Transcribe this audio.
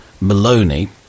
Maloney